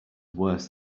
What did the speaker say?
worse